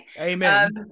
Amen